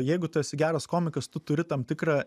jeigu tu esi geras komikas tu turi tam tikrą